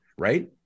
right